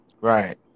Right